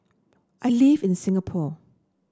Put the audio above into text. I live in Singapore